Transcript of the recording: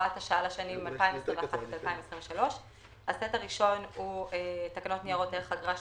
להוראת השעה לשנים 2021 2023. טיוטת תקנות ניירות ערך (אגרה שנתית)